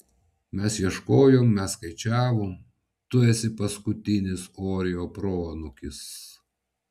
mes ieškojom mes skaičiavom tu esi paskutinis orio proanūkis